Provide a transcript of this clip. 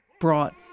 brought